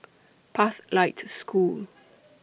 Pathlight School